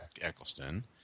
Eccleston